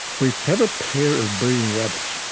we have a pair of breeding rabbits,